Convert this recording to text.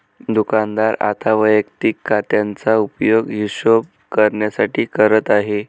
दुकानदार आता वैयक्तिक खात्याचा उपयोग हिशोब करण्यासाठी करत आहे